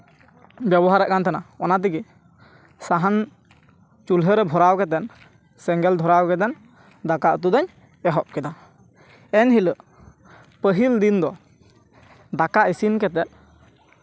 ᱵᱮᱵᱚᱦᱟᱨᱮᱫ ᱠᱟᱱ ᱛᱟᱦᱮᱱᱟ ᱚᱱᱟ ᱛᱮᱜᱮ ᱥᱟᱦᱟᱱ ᱪᱩᱞᱦᱟᱹ ᱨᱮ ᱵᱷᱚᱨᱟᱣ ᱠᱟᱛᱮᱫ ᱥᱮᱸᱜᱮᱞ ᱫᱷᱚᱨᱟᱣ ᱠᱟᱛᱮᱫ ᱫᱟᱠᱟᱼᱩᱛᱩ ᱞᱮ ᱮᱦᱚᱵ ᱠᱮᱫᱟ ᱮᱱᱦᱤᱞᱳᱜ ᱯᱟᱹᱦᱤᱞ ᱫᱤᱱ ᱫᱚ ᱫᱟᱠᱟ ᱤᱥᱤᱱ ᱠᱟᱛᱮ